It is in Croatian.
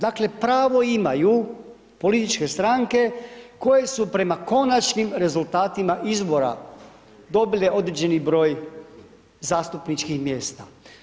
Dakle, pravo imaju političke stranke koje su prema konačnim rezultatima izbora dobile određeni broj zastupničkih mjesta.